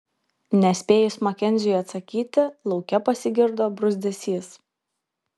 nespėjus makenziui atsakyti lauke pasigirdo bruzdesys